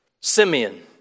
Simeon